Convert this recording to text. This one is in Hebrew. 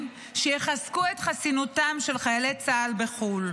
שיחזקו את חסינותם של חיילי צה"ל בחו"ל.